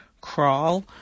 crawl